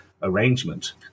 arrangement